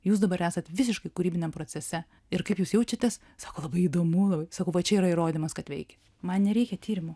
jūs dabar esat visiškai kūrybiniam procese ir kaip jūs jaučiatės sako labai įdomu sakau va čia yra įrodymas kad veikia man nereikia tyrimų